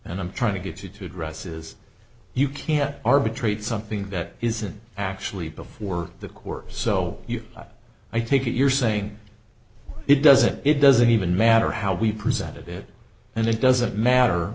and i'm trying to get you to address is you can't arbitrate something that isn't actually before the court so you i take it you're saying it doesn't it doesn't even matter how we presented it and it doesn't matter